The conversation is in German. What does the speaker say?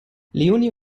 leonie